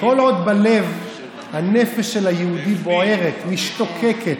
כל עוד בלב הנפש של היהודי בוערת, משתוקקת,